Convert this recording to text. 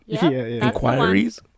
inquiries